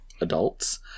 adults